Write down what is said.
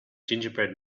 gingerbread